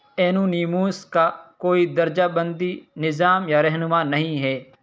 anonymous کا کوئی درجہ بندی نظام یا رہنما نہیں ہے